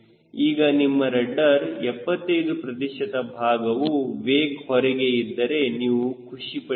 ಈಗ ನಿಮ್ಮ ರಡ್ಡರ್ 75 ಪ್ರತಿಶತ ಭಾಗವು ವೇಕ್ ಹೊರಗೆ ಇದ್ದರೆ ನೀವು ಖುಷಿಪಡಬೇಕು